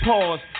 Pause